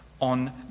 on